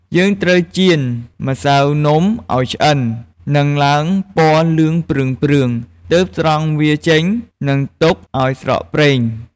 យើងត្រូវចៀនម្សៅនំឱ្យឆ្អិន និងឡើងពណ៌លឿងព្រឿងៗ ទើបស្រង់វាចេញ និងទុកឱ្យស្រក់ប្រេង។